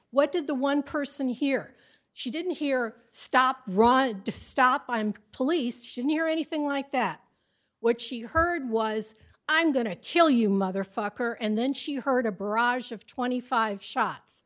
what did the one person here she didn't hear stop rod to stop i'm police she near anything like that what she heard was i'm going to kill you motherfucker and then she heard a barrage of twenty five shots